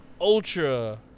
ultra